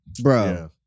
Bro